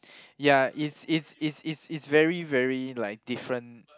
ya is is is is is very very like different